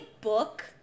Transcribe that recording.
book